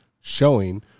showing